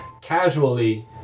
Casually